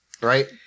right